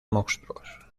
monstruos